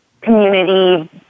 community